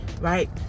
right